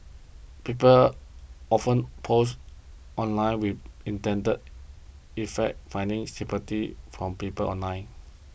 people often post online with the intended effect of finding sympathy from people online